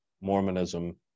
Mormonism